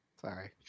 Sorry